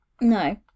no